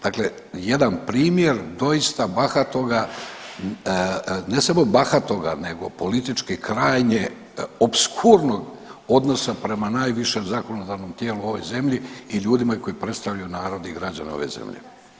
Dakle, jedan primjer doista bahatoga, ne samo bahatoga nego politički krajnje opskurnog odnosa prema najvišem zakonodavnom tijelu u ovoj zemlji i ljudima koji predstavljaju narod i građane ove zemlje.